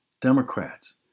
Democrats